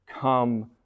come